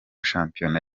shampiyona